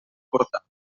portar